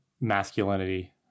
masculinity